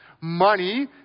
Money